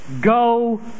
go